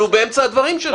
הוא באמצע הדברים שלו.